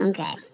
Okay